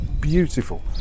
Beautiful